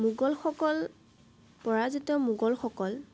মোগলসকল পৰাজিত মোগলসকল